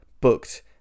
booked